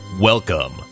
welcome